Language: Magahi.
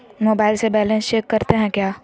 मोबाइल से बैलेंस चेक करते हैं क्या?